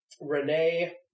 Renee